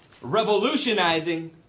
revolutionizing